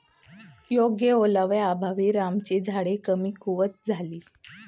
योग्य ओलाव्याअभावी रामाची झाडे कमकुवत झाली